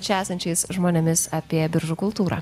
čia esančiais žmonėmis apie biržų kultūrą